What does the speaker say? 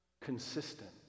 consistent